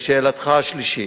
לשאלתך השלישית,